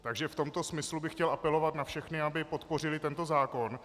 V tomto smyslu bych chtěl apelovat na všechny, aby podpořili tento zákon.